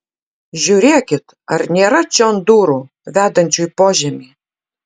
žiūrėkit ar nėra čion durų vedančių į požemį